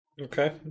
okay